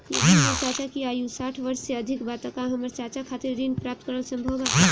यदि हमर चाचा की आयु साठ वर्ष से अधिक बा त का हमर चाचा खातिर ऋण प्राप्त करल संभव बा